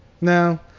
No